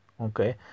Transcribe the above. okay